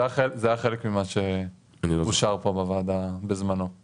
זה מופיע גם בהחלטת ממשלה של הערבים וגם בהחלטת ממשלה של הדרוזים.